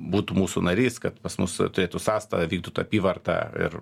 būtų mūsų narys kad pas mus turėtų sąstą vykdytų apyvartą ir